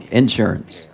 insurance